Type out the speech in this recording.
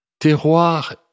terroir